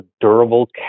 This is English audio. durable